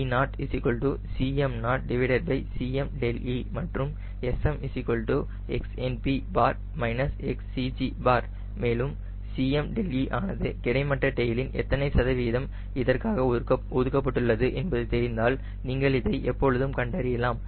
δe0 Cm0Cme மற்றும் SM XNP XCG மேலும் Cme ஆனது கிடைமட்ட டெய்லின் எத்தனை சதவீதம் இதற்காக ஒதுக்கப்பட்டுள்ளது என்பது தெரிந்தால் நீங்கள் இதை எப்பொழுதும் கண்டறியலாம்